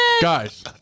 Guys